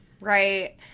Right